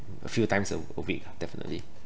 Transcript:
a few times a a week definitely